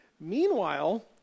Meanwhile